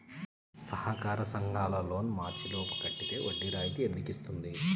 సహకార సంఘాల loan March లోపు కట్టితే వడ్డీ రాయితీ ఎందుకు ఇస్తుంది?